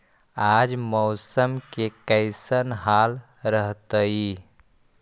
आज मौसम के कैसन हाल रहतइ?